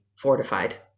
fortified